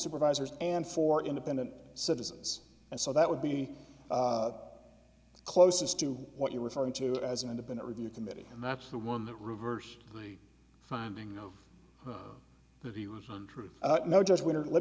supervisors and four independent citizens and so that would be closest to what you're referring to as an independent review committee and that's the one that reverse finding you know